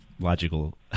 logical